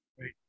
right